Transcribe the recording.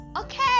okay